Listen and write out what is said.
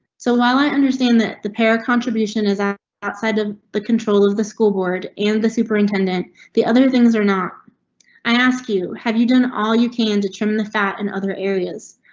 so while i understand that the pair contribution is ah outside of the control of the school board and the superintendent. the other things are not i ask you, have you done all you can to trim the fat in other areas?